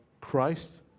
Christ